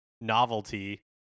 novelty